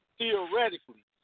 theoretically